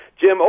Jim